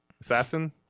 assassin